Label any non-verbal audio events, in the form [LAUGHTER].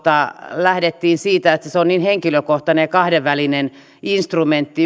lähdettiin siitä että se se on niin henkilökohtainen ja kahdenvälinen yksityisoikeudellinen instrumentti [UNINTELLIGIBLE]